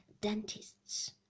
dentist's